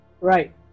right